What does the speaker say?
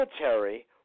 military